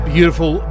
Beautiful